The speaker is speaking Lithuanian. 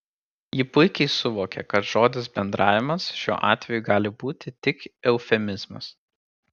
ji puikiai suvokė kad žodis bendravimas šiuo atveju gali būti tik eufemizmas